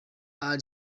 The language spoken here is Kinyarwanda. ally